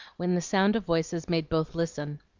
when the sound of voices made both listen.